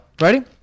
Ready